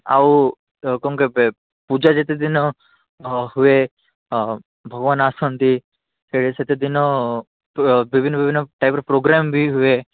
ଆଉ କ'ଣ କହିବେ ପୂଜା ଯେତେଦିନ ହୁଏ ଭଗବାନ ଆସନ୍ତି ସେତେଦିନ ବିଭିନ୍ନ ବିଭିନ୍ନ ଟାଇପ୍ର ପୋଗ୍ରାମ୍ ବି ହୁଏ